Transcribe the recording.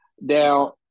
Now